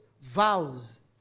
vows